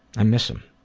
i miss them.